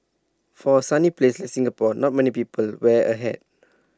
for A sunny place like Singapore not many people wear A hat